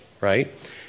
right